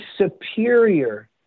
superior